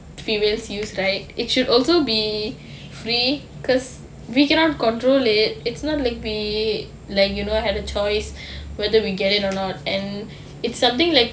females use right it should also be free because we cannot control it it's not like we like you know had a choice whether we get it or not and it's something like